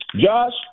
Josh